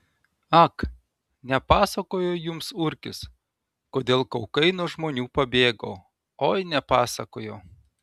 ak nepasakojo jums urkis kodėl kaukai nuo žmonių pabėgo oi nepasakojo